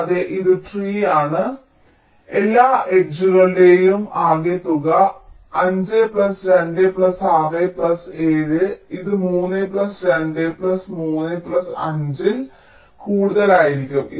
കൂടാതെ ഇത് ട്രീ ആണ് എല്ലാ എഡ്ജുകളുടെയും ആകെത്തുക 5 പ്ലസ് 2 പ്ലസ് 6 പ്ലസ് 7 ഇത് 3 പ്ലസ് 2 പ്ലസ് 3 പ്ലസ് 5 ൽ കൂടുതലായിരിക്കും